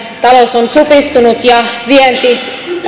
talous on supistunut ja vienti